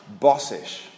bossish